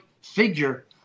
figure